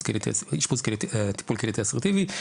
טיפול קהילתי אסרטיבי,